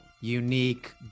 unique